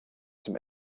zum